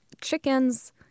chickens